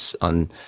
on